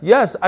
Yes